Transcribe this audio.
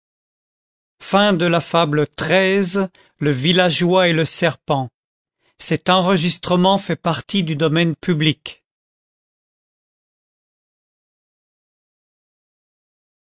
xi le villageois et le serpent